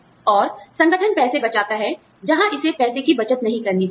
और संगठन पैसे बचाता है जहां इसे पैसे की बचत नहीं करनी चाहिए